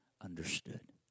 understood